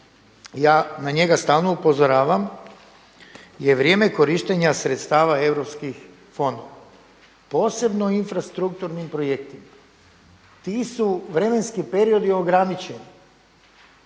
ja na njega stalno upozoravam je vrijeme korištenja sredstava europskih fondova, posebno infrastrukturnim projektima. Ti su vremenski periodi ograničeni.